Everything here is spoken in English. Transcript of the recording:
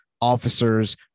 officers